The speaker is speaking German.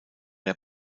der